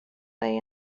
lay